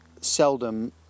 seldom